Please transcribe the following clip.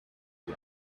ago